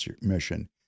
mission